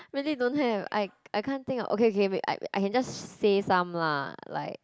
really don't have I I can't think of okay okay wait I I can just say some lah like